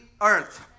earth